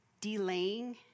delaying